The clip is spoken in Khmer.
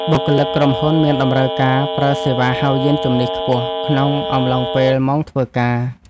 បុគ្គលិកក្រុមហ៊ុនមានតម្រូវការប្រើសេវាហៅយានជំនិះខ្ពស់ ក្នុងអំឡុងពេលម៉ោងធ្វើការ។